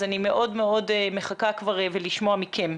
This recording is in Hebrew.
אז אני מאוד מאוד מחכה לשמוע מכם.